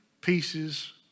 pieces